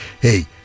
Hey